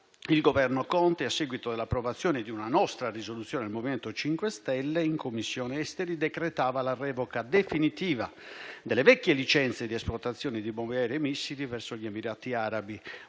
il Governo Conte - a seguito dell'approvazione di una risoluzione del MoVimento 5 Stelle in Commissione esteri - decretava la revoca definitiva delle vecchie licenze di esportazione di bombe aeree e missili verso gli Emirati Arabi